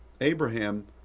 Abraham